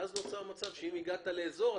ואז נוצר מצב שאם הגעת לאזור,